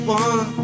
one